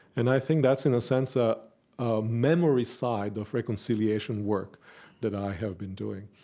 and i think that's in a sense ah ah memory's side of reconciliation work that i have been doing.